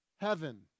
heaven